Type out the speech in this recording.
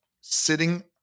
sitting